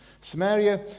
Samaria